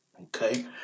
Okay